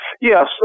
Yes